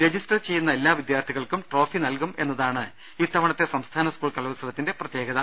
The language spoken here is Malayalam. രജിസ്റ്റർ ചെയ്യുന്ന എല്ലാ വിദ്യർത്ഥികൾക്കും ട്രോഫി നൽകും എന്നതാണ് ഇത്തവ ണത്തെ സംസ്ഥാന സ്കൂൾ കലോത്സവത്തിന്റെ പ്രത്യേകത